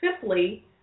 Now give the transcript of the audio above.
simply